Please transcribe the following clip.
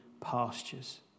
pastures